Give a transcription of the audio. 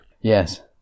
Yes